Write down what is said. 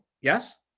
Yes